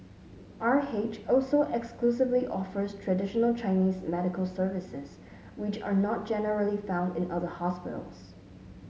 R H also exclusively offers traditional Chinese medical services which are not generally found in other hospitals